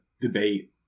debate